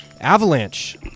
Avalanche